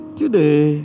today